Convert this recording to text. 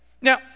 Now